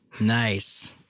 Nice